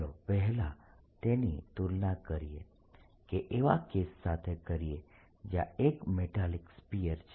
ચાલો પહેલા તેની તુલના કરીએ કે એવા કેસ સાથે કરીએ જયાં એક મેટાલીક સ્ફીયર છે